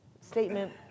statement